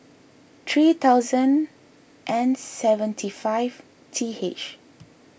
three thousand and seventy five T H